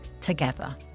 together